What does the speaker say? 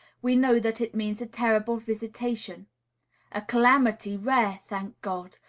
we know that it means a terrible visitation a calamity rare, thank god!